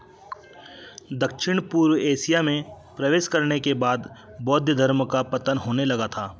दक्षिण पूर्व एसिया में प्रवेश करने के बाद बौद्ध धर्म का पतन होने लगा था